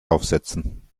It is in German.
aufsetzen